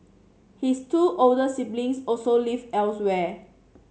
his two older siblings also live elsewhere